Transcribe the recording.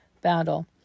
Battle